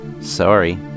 Sorry